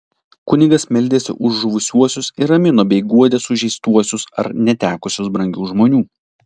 kunigas meldėsi už žuvusiuosius ir ramino bei guodė sužeistuosius ar netekusius brangių žmonių